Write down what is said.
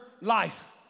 life